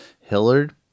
Hillard